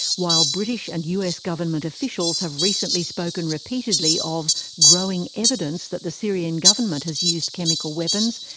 while british and us government officials have recently spoken repeatedly of growing evidence that the syrian government has used chemical weapons,